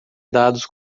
dados